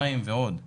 מים ועוד,